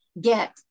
get